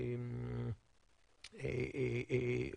הוא